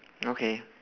okay